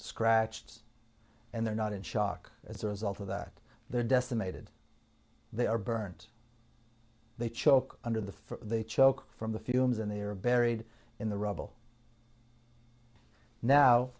scratched and they're not in shock as a result of that they're decimated they are burnt they choke under the choke from the fumes and they are buried in the rubble now